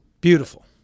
Beautiful